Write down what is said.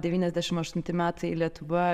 devyniasdešim aštunti metai lietuva